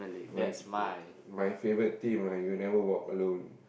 my my favourite team my You Never Walk Alone